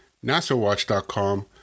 nasawatch.com